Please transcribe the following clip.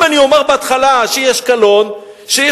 אם אני אומר בהתחלה שיש קלון מה